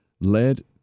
led